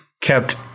kept